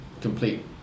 complete